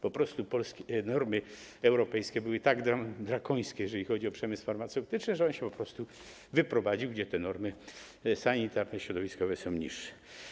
Po prostu normy europejskie były tak drakońskie, jeżeli chodzi o przemysł farmaceutyczny, że on się po prostu wyprowadził tam, gdzie te normy sanitarne, środowiskowe są niższe.